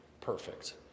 perfect